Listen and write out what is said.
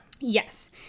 Yes